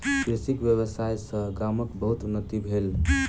कृषि व्यवसाय सॅ गामक बहुत उन्नति भेल